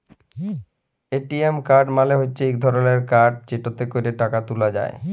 ATM card মালে হচ্যে ইক ধরলের কাড় যেটতে ক্যরে টাকা ত্যুলা যায়